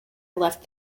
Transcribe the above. left